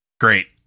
Great